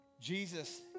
Jesus